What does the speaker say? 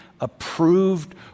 approved